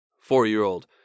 four-year-old